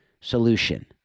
solution